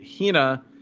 hina